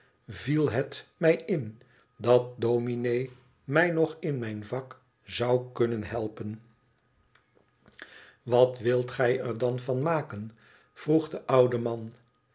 viel het mij in dat dominé mij nog in mijn vak zou kunnen helpen wat wilt gij er dan van maken vroeg de oude man